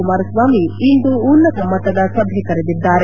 ಕುಮಾರಸ್ವಾಮಿ ಇಂದು ಉನ್ನತ ಮಟ್ಟದ ಸಭೆ ಕರೆದಿದ್ದಾರೆ